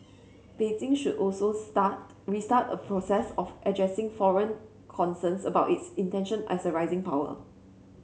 Beijing should also star restart a process of addressing foreign concerns about its intention as a rising power